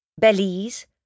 Belize